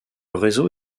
réseau